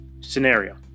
scenario